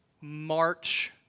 March